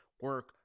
Work